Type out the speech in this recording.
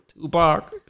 tupac